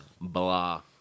Blah